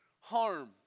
harm